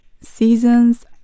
seasons